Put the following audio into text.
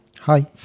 hi